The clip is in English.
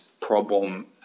problem